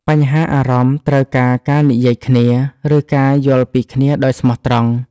បញ្ហាអារម្មណ៍ត្រូវការការនិយាយគ្នា ឬការយល់ពីគ្នាដោយស្មោះត្រង់។